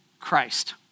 Christ